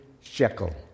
shekel